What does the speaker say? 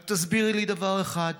רק תסבירי לי דבר אחד: